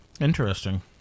Interesting